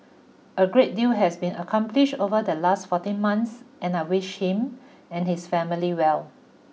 a great deal has been accomplished over the last fourteen months and I wish him and his family well